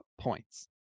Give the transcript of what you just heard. points